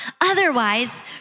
Otherwise